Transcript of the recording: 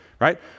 right